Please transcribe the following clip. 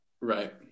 Right